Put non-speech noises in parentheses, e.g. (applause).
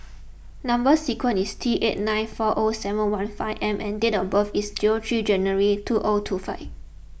Number Sequence is T eight nine four O seven one five M and date of birth is (unintelligible) three January two O two five